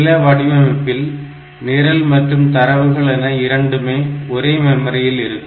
சில வடிவமைப்பில் நிரல் மற்றும் தரவுகள் என இரண்டுமே ஒரே மெமரியில் இருக்கும்